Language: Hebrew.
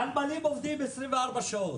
הנמלים עובדים 24 שעות,